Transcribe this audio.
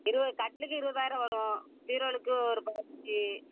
இருபது கட்டிலுக்கு இருபதாயிரம் வரும் பீரோவுக்கு ஒரு பதினைஞ்சி